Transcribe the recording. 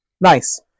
Nice